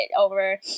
over